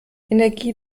energie